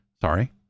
Sorry